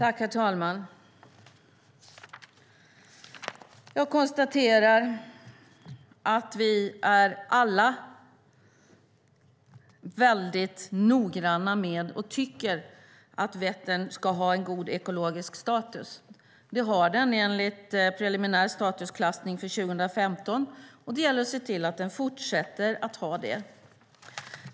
Herr talman! Jag konstaterar att vi alla är mycket noggranna med och anser att Vättern ska ha en god ekologisk status. Det har den enligt preliminär statusklassning för 2015. Det gäller att se till att den fortsätter att ha det.